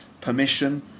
permission